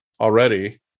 already